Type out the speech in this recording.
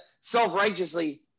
self-righteously